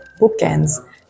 Bookends